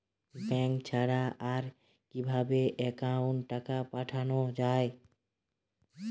Bank ছাড়া আর কিভাবে একাউন্টে টাকা পাঠানো য়ায়?